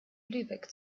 lübeck